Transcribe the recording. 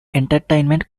entertainment